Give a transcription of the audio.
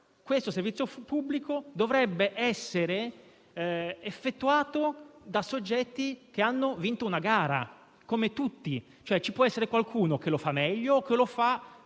Questo servizio pubblico dovrebbe essere effettuato però da soggetti che hanno vinto una gara, come tutti; ci può essere qualcuno che lo fa meglio o a